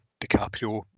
dicaprio